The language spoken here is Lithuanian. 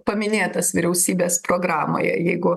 paminėtas vyriausybės programoje jeigu